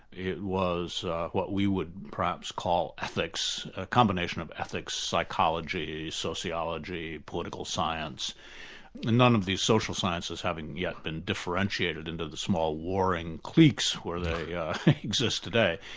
it was what we would perhaps call ethics, a combination of ethics, psychology, sociology, political science none of the social sciences having yet been differentiated into the small warring cliques where they yeah exist today.